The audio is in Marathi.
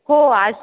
हो आज